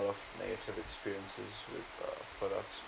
lot of negative experiences with uh products